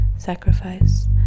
Sacrifice